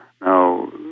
Now